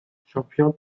champions